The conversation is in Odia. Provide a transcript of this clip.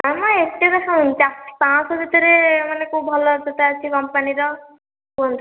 ନାଁ ମ ଏତେ ଦେଖାଅନି ପାଞ୍ଚ ଶହ ଭିତରେ ମାନେ କେଉଁ ଭଲ ଜୋତା ଅଛି କମ୍ପାନୀର କୁହନ୍ତୁ